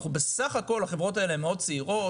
בסך הכול, החברות האלה הן מאוד צעירות.